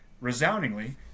resoundingly